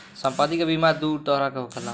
सम्पति के बीमा दू तरह के होखेला